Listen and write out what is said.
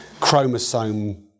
chromosome